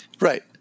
Right